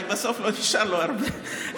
כי בסוף לא נשאר לו הרבה.